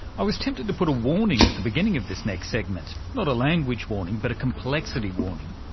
i was tempted to put a warning at the beginning of this next segment. not a language warning, but a complexity warning.